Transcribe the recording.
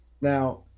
Now